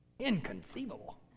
Inconceivable